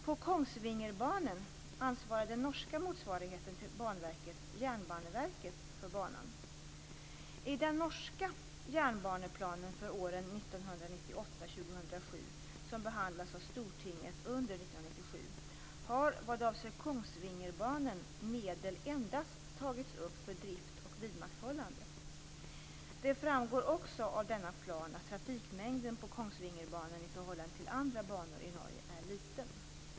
På Kongsvingerbanen ansvarar den norska motsvarigheten till Banverket, Jernbaneverket, för banan. Kongsvingerbanen medel endast tagits upp för drift och vidmakthållande. Det framgår också av denna plan att trafikmängden på Kongsvingerbanen i förhållande till andra banor i Norge är liten.